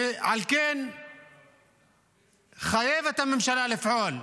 על כן חייבת הממשלה לפעול.